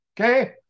okay